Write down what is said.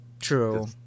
True